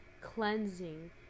cleansing